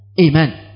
Amen